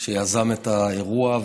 שיזם את האירוע,